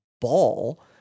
ball